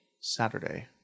saturday